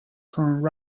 con